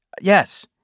yes